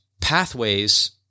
pathways